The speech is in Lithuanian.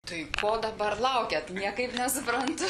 tai ko dabar laukiat niekaip nesuprantu